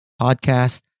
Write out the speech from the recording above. podcast